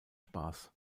spaß